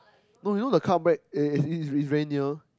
no you know the car back eh it's very near